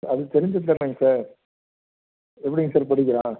அது தெரிஞ்சது தானேங்க சார் எப்படிங்க சார் படிக்கிறான்